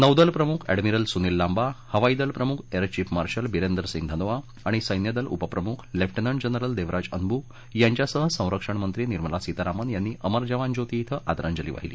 नौदल प्रमुख एडमिरल सुनील लांबा हवाईदल प्रमुख एअरचिफ मार्शल बिरेंदर सिंग धानोआ आणि सैन्यदल उपप्रमुख लेफ्टन्ट जनरल देवराज अन्बू यांच्यासह संरक्षण मंत्री निर्मला सीतारामन यांनी अमर जवान ज्योती ॐ आदरांजली वाहिली